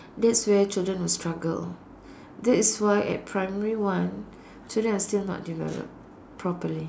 that's where children will struggle that is why at primary one children are still not developed properly